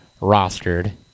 rostered